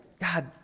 God